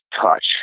touch